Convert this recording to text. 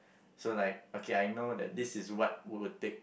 so like okay I know that this is what would take